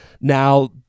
now